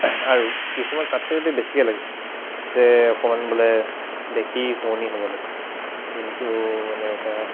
আৰু কিছুমান তাতকৈ যদি বেছিকৈ লাগে যে অকণমান বোলে দেখি শুৱনি হ'ব লাগে যোনটো মানে এটা